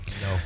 no